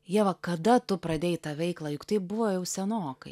ieva kada tu pradėjai tą veiklą juk tai buvo jau senokai